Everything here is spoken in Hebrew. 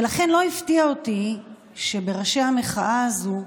ולכן לא הפתיע אותי שבראש המחאה הזו,